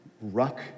ruck